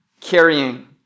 carrying